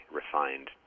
refined